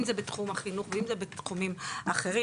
אם זה בתחום החינוך ואם זה בתחומים אחרים,